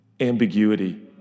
ambiguity